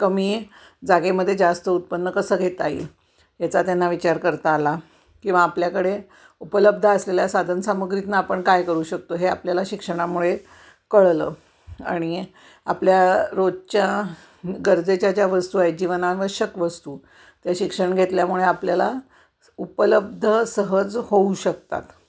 कमी जागेमध्ये जास्त उत्पन्न कसं घेता येईल याचा त्यांना विचार करता आला किंवा आपल्याकडे उपलब्ध असलेल्या साधन सामुग्रीतनं आपण काय करू शकतो हे आपल्याला शिक्षणामुळे कळलं आणि आपल्या रोजच्या गरजेच्या ज्या वस्तू आहे जीवनावश्यक वस्तू ते शिक्षण घेतल्यामुळे आपल्याला उपलब्ध सहज होऊ शकतात